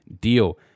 deal